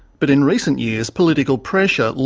but in recent years, political pressure,